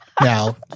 Now